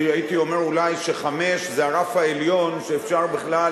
הייתי אומר אולי ש-5 זה הרף העליון שאפשר בכלל